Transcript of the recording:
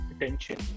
attention